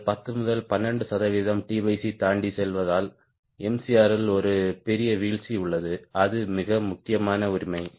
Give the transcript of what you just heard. நீங்கள் 10 முதல் 12 சதவிகிதம் தாண்டிச் செல்வதால் Mcrல் ஒரு பெரிய வீழ்ச்சி உள்ளது அது மிக முக்கியமான உரிமை